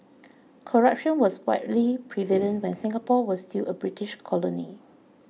corruption was widely prevalent when Singapore was still a British colony